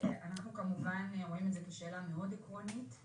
אנחנו רואים בשאלה הזו שאלה עקרונית מאוד.